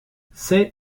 c’est